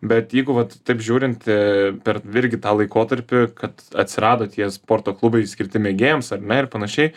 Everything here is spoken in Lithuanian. bet jeigu vat taip žiūrint e per irgi tą laikotarpį kad atsirado tie sporto klubai skirti mėgėjams ar ne ir panašiai